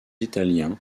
italiens